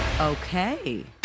Okay